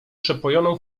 przepojoną